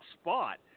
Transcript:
spot